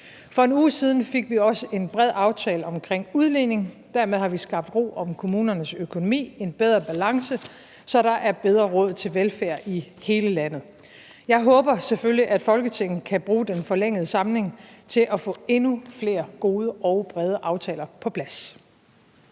For 1 uge siden fik vi også en bred aftale om udligning. Dermed har vi skabt ro om kommunernes økonomi og en bedre balance, så der er bedre råd til velfærd i hele landet. Jeg håber selvfølgelig, at Folketinget kan bruge den forlængede samling til at få endnu flere gode og brede aftaler på plads.